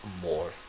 more